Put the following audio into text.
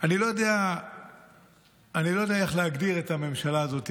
אני לא יודע איך להגדיר את הממשלה הזאת,